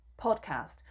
podcast